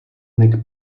nick